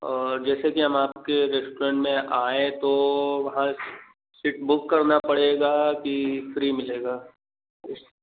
और जैसे कि हम आपके रेस्टोरेंट में आएँ तो वहाँ सीट बुक करना पड़ेगा कि फ़्री मिलेगी इस